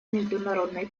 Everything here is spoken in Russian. международной